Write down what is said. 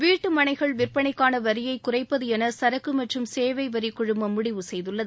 வீட்டுமனைகள் விற்பனைக்கான வரியை குறைப்பது என சரக்கு மற்றும் சேவை வரி குழுமம் முடிவு செய்துள்ளது